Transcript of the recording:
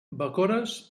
bacores